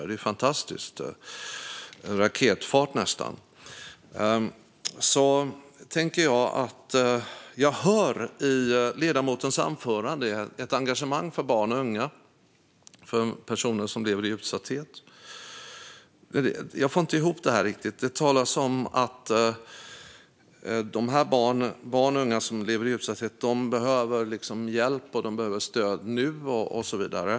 Det är fantastiskt, nästan raketfart. Jag hör i ledamotens anförande ett engagemang för barn och unga och för personer som lever i utsatthet, men jag får inte ihop det riktigt. Det talas om att barn och unga som lever i utsatthet behöver hjälp och stöd nu och så vidare.